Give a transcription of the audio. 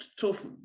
tough